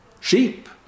sheep